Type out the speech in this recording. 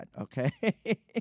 okay